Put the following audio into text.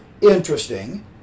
interesting